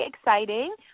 exciting